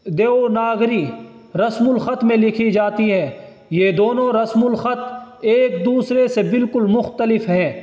دیوناگری رسم الخط میں لکھی جاتی ہے یہ دونوں رسم الخط ایک دوسرے سے بالکل مختلف ہے